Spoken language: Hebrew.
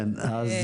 כן, אז